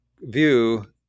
view